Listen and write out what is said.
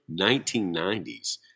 1990s